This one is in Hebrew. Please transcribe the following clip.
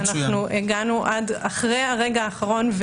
הגענו עד אחרי הרגע האחרון,